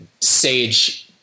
Sage